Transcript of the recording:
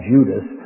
Judas